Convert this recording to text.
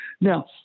Now